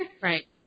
Right